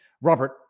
Robert